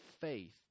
faith